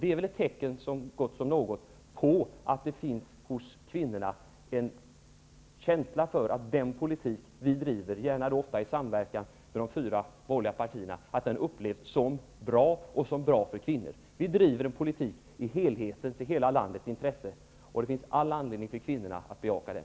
Det är väl ett tecken så gott som något på att den politik vi driver, gärna ofta i samverkan med de övriga borgerliga partierna, upplevs som bra och som bra för kvinnor. Vi driver en politik i helhetens och i hela landets intresse, och det finns all anledning för kvinnorna att bejaka den.